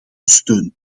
steun